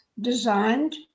designed